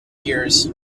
years